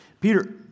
Peter